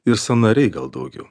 ir sąnariai gal daugiau